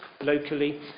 locally